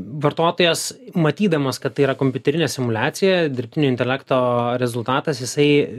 vartotojas matydamas kad tai yra kompiuterinė simuliacija dirbtinio intelekto rezultatas jisai